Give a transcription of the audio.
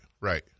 right